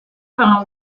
par